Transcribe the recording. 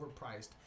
overpriced